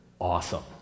awesome